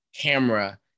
camera